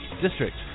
district